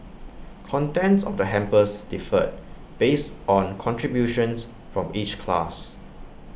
contents of the hampers differed based on contributions from each class